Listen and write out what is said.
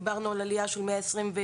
דיברנו על עלייה של 126%,